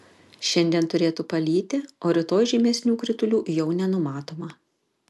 šiandien turėtų palyti o rytoj žymesnių kritulių jau nenumatoma